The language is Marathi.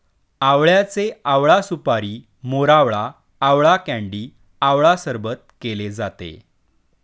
आवळ्याचे आवळा सुपारी, मोरावळा, आवळा कँडी आवळा सरबत केले जाते